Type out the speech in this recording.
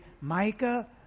Micah